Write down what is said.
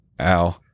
ow